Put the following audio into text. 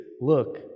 look